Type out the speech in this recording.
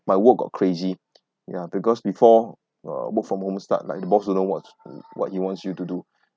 my work got crazy ya because before uh work from home start like the boss don't know what's wh~ what he wants you to do